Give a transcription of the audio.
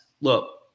look